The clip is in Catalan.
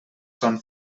són